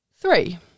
Three